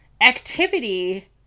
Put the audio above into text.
activity